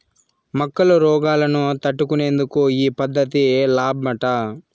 మొక్కల రోగాలను తట్టుకునేందుకు ఈ పద్ధతి లాబ్మట